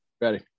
Ready